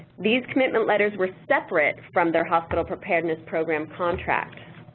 these commitment letters were separate from their hospital preparedness program contract.